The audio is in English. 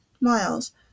Miles